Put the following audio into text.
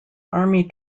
army